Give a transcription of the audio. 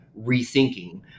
rethinking